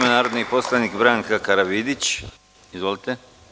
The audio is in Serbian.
Reč ima narodni poslanik Branka Karavidić, izvolite.